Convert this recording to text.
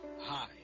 Hi